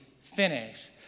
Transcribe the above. finish